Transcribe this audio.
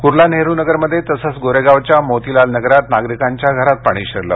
कुर्ला नेहरू नगरमध्ये तसंच गोरेगावच्या मोतीलाल नगरात नागरिकांच्या घरात पाणी शिरलं